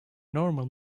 normal